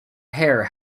hair